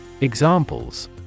Examples